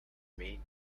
mean